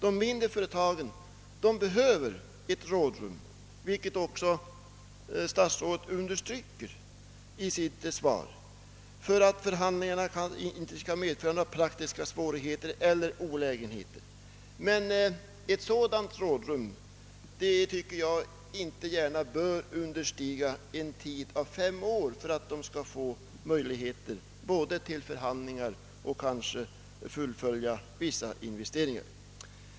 De mindre företagen behöver rådrum, vilket statsrådet också understryker i sitt svar, för att förhandlingarna inte skall förorsaka praktiska svårigheter eller olägenheter. Ett sådant rådrum bör inte understiga fem år för att företagen skall få möjligheter både att förhandla och att eventuellt fullfölja vissa investeringar.